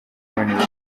kubona